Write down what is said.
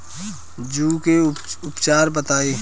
जूं के उपचार बताई?